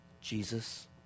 Jesus